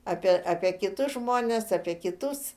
apie apie kitus žmones apie kitus